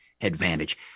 advantage